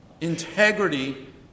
integrity